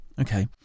Okay